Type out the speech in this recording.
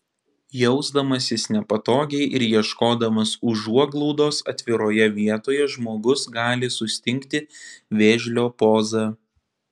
jausdamasis nepatogiai ir ieškodamas užuoglaudos atviroje vietoje žmogus gali sustingti vėžlio poza